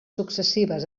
successives